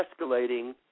escalating